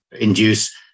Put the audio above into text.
induce